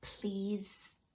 please